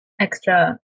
extra